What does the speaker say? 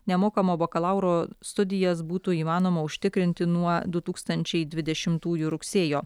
nemokamo bakalauro studijas būtų įmanoma užtikrinti nuo du tūkstančiai dvidešimtųjų rugsėjo